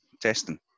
testing